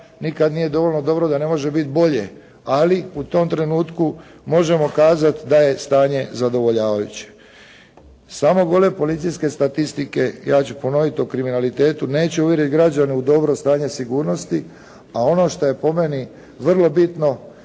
nikad nije dovoljno dobro da ne može biti bolje, ali u tom trenutku možemo kazat da je stanje zadovoljavajuće. Same gole policijske statistike, ja ću ponoviti, o kriminalitetu neće uvjerit građane u dobro stanje sigurnosti, a ono što je po meni vrlo bitno